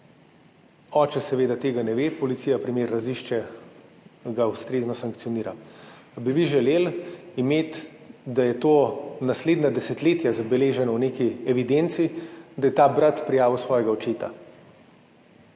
Oče seveda tega ne ve, policija primer razišče, ga ustrezno sankcionira. Ali bi vi želeli, da je naslednja desetletja zabeleženo v neki evidenci to, da je ta brat prijavil svojega očeta?